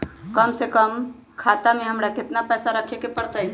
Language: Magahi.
कम से कम खाता में हमरा कितना पैसा रखे के परतई?